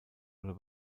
oder